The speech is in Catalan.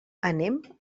anem